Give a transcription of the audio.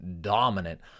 dominant